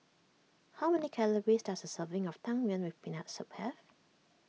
how many calories does a serving of Tang Yuen with Peanut Soup have